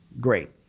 great